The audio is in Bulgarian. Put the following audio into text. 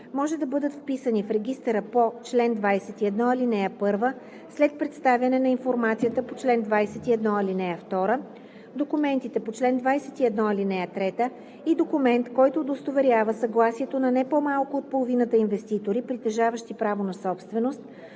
може да бъдат вписани в регистъра по чл. 21, ал. 1, след представяне на информацията по чл. 21, ал, 2, документите по чл. 21, ал. 3 и документ, който удостоверява съгласието на не по-малко от половината инвеститори, притежаващи право на собственост